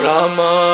Rama